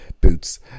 boots